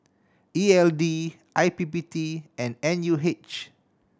E L D I P P T and N U H